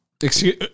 Excuse